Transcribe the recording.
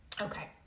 Okay